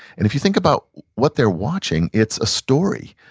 and if you think about what they're watching it's a story.